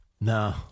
No